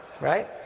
Right